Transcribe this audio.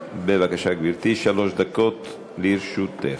בבקשה, גברתי, שלוש דקות לרשותך.